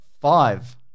Five